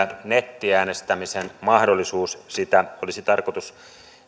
nettiäänestämisen mahdollisuus sitä olisi tarkoitus